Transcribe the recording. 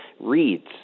reads